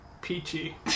peachy